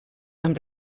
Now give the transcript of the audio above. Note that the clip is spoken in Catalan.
amb